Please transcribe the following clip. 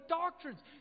doctrines